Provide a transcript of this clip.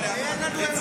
אבל אין לנו אמון בכם,